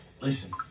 Listen